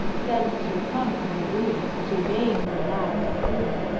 said sir thomas de brie, surveying the lad with approval.